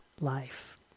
life